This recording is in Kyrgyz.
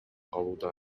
калууда